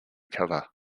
cover